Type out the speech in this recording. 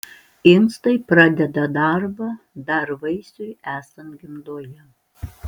inkstai pradeda darbą dar vaisiui esant gimdoje